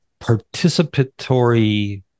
participatory